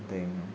అంతే ఇంక